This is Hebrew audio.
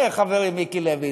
חברי מיקי לוי?